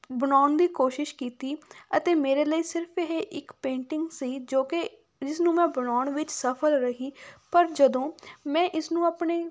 ਬਣਾਉਣ ਦੀ ਕੋਸ਼ਿਸ਼ ਕੀਤੀ ਅਤੇ ਮੇਰੇ ਲਈ ਸਿਰਫ਼ ਇਹ ਇੱਕ ਪੇਂਟਿੰਗ ਸੀ ਜੋ ਕਿ ਜਿਸਨੂੰ ਮੈਂ ਬਣਾਉਣ ਵਿੱਚ ਸਫ਼ਲ ਰਹੀ ਪਰ ਜਦੋਂ ਮੈਂ ਇਸਨੂੰ ਆਪਣੇ